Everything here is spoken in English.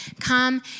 come